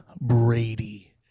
Brady